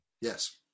yes